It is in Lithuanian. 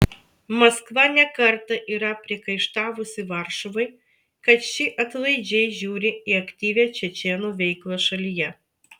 maskva ne kartą yra priekaištavusi varšuvai kad ši atlaidžiai žiūri į aktyvią čečėnų veiklą šalyje